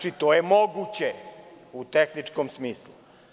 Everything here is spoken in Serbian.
Znači, to je moguće u tehničkom smislu.